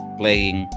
playing